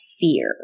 fear